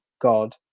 God